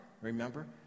remember